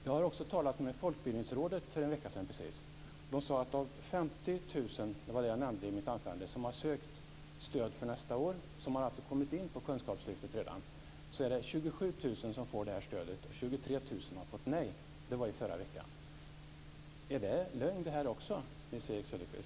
Jag talade också med Folkbildningsrådet för en vecka sedan, och de sade att av de 50 000 - det var det jag nämnde i mitt anförande - som sökt stöd för nästa år och alltså redan kommit in på kunskapslyftet är det 27 000 som får stödet och 23 000 som har fått nej. Är det också lögn, Nils-Erik Söderqvist?